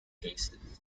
cases